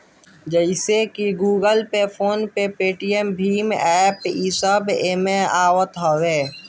जइसे की Google Pay, PhonePe, Paytm भीम एप्प इस सब एमे आवत हवे